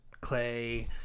clay